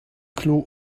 klo